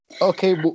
Okay